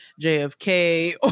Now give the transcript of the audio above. JFK